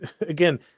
again